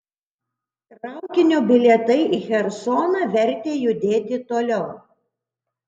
traukinio bilietai į chersoną vertė judėti toliau